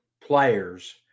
players